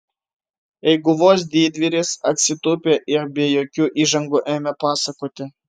eiguvos didvyris atsitūpė ir be jokių įžangų ėmė pasakoti